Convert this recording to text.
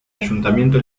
ayuntamiento